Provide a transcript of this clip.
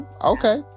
okay